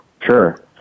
Sure